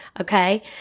Okay